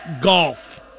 golf